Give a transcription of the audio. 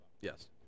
Yes